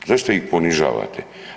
Zašto ih ponižavate?